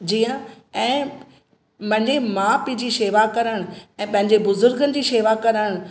जीअं ऐं मने माउ पीउ जी शेवा करणु ऐं पंहिंजे बुज़ुर्गनि जी शेवा करणु